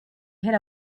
hit